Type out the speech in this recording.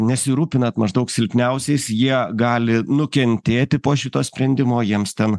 nesirūpinat maždaug silpniausiais jie gali nukentėti po šito sprendimo jiems ten